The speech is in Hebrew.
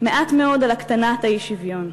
מעט מאוד על הקטנת האי-שוויון.